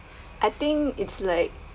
I think it's like